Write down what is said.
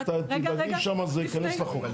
תדאגי שם שזה ייכנס לחוק.